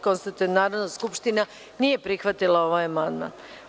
Konstatujem da Narodna skupština nije prihvatila ovaj amandman.